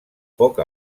poc